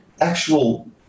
actual